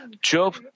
Job